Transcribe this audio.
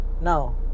now